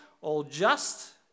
all-just